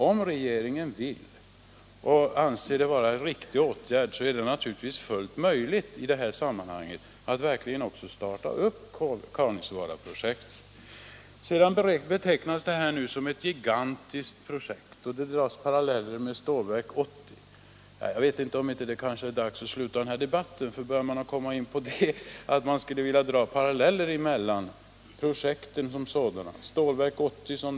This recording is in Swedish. Om regeringen vill och anser det vara en riktig åtgärd att starta Kaunisvaaraprojektet är det naturligtvis fullt möjligt för den att göra det. Herr Åsling betecknade Kaunisvaaraprojektet som ett gigantiskt projekt och drar paralleller med Stålverk 80. Då undrar jag om det inte är dags att sluta den här debatten. Man kan väl ändå inte dra paralleller mellan projekten som sådana och jämföra t.ex.